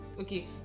Okay